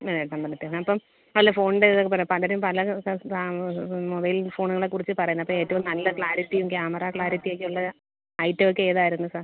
വെള്ളാട്ടമ്പലത്തിൽ നിന്ന് അപ്പം പല ഫോണിന്റെ ഇതൊക്കെ പറയും പലരും പല റാം മൊബൈൽ ഫോണുകളെക്കുറിച്ച് പറയുന്നു അപ്പം ഏറ്റവും നല്ല ക്ലാരിറ്റിയും ക്യാമറ ക്ലാരിറ്റി ഒക്കെ ഉള്ള ഐറ്റം ഒക്കെ ഏതായിരുന്നു സാർ